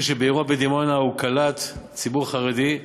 בעירו דימונה הוא קלט ציבור חרדי,